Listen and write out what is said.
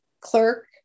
clerk